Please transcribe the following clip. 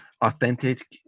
authentic